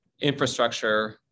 infrastructure